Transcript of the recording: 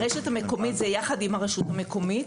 פרויקט ה-׳רשת מקומית׳ הוא ביחד עם הרשות המקומית.